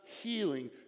healing